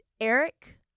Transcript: Eric